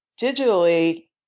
digitally